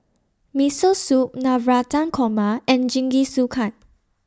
Miso Soup Navratan Korma and Jingisukan